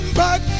back